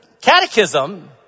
catechism